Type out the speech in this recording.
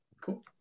cool